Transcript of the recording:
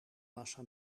massa